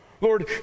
Lord